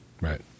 Right